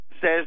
says